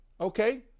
Okay